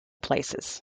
places